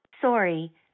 Sorry